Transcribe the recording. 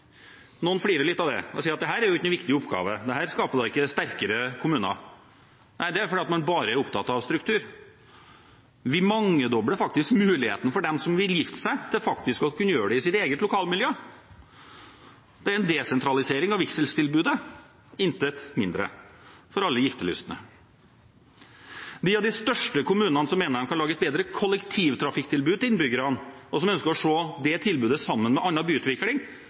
Noen flirer litt av det og sier at dette jo ikke er noen viktig oppgave, dette skaper da ikke sterkere kommuner. Nei, det er fordi man bare er opptatt av struktur. Vi mangedobler faktisk muligheten for dem som vil gifte seg, til faktisk å kunne gjøre det i sitt eget lokalmiljø. Det er en desentralisering av vigselstilbudet, intet mindre, for alle giftelystne. De av de største kommunene som mener de kan lage et bedre kollektivtrafikktilbud til innbyggerne, og som ønsker å se det tilbudet sammen med annen byutvikling,